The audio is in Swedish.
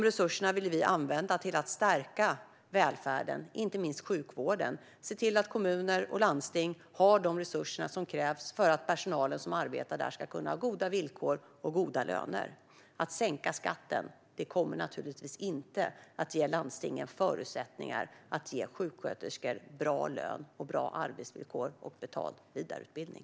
Resurserna vill vi använda till att stärka välfärden, inte minst sjukvården, och se till att kommuner och landsting har de resurser som krävs för att personalen som arbetar där ska kunna ha goda villkor och goda löner. Att sänka skatten kommer naturligtvis inte att ge landstingen förutsättningar att ge sjuksköterskor bra lön, bra arbetsvillkor och betald vidareutbildning.